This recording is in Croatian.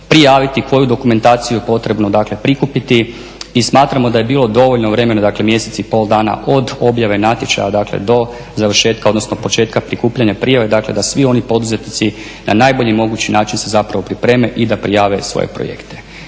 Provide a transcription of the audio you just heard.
prijaviti, koju dokumentaciju je potrebno dakle prikupiti. I smatramo da je bilo dovoljno vremena dakle mjesec i pol dana od objave natječaja dakle do završetka odnosno početka prikupljanja prijave dakle da svi oni poduzetnici na najbolji mogući način se zapravo pripreme i da prijave svoje projekte.